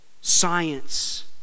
science